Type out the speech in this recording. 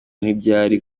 ntibyari